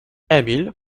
emil